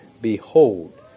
behold